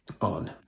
on